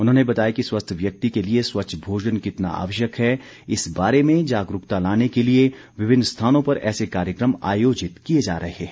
उन्होंने बताया कि स्वस्थ व्यक्ति के लिए स्वच्छ भोजन कितना आवश्यक है इस बारे में जागरूकता लाने के लिए विभिन्न स्थानों पर ऐसे कार्यक्रम आयोजित किए जा रहे हैं